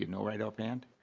know right off hand?